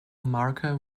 marker